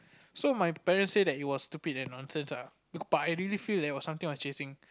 so my parent say that it was stupid and nonsense ah but I really feel that it was something was chasing